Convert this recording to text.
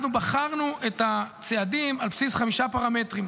אנחנו בחרנו את הצעדים על בסיס חמישה פרמטרים.